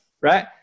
right